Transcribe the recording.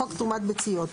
חוק תרומת ביציות.